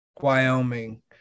Wyoming